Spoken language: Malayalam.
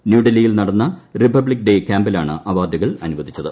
ന്യൂഡൽഹിയിൽ നടന്ന റിപ്പപ്ലിക് ഡേ ക്യാമ്പിലാണ് അവാർഡുകൾ അനുവദിച്ചത്